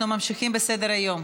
אנחנו ממשיכים בסדר-היום.